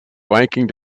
biking